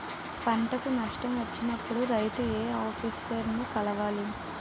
పంటకు నష్టం వచ్చినప్పుడు రైతు ఏ ఆఫీసర్ ని కలవాలి?